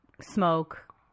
smoke